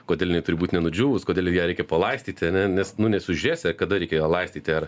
kodėl jinai turi būt nenudžiūvus kodėl ją reikia palaistyti ane nes nu nesužiūrėsi kada reikia ją laistyti ar